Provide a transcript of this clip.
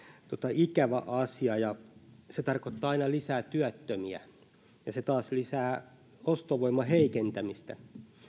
ikävä asia ja se tarkoittaa aina lisää työttömiä ja se taas lisää ostovoiman heikentymistä